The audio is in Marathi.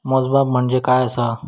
मोजमाप म्हणजे काय असा?